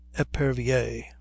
Epervier